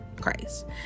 Christ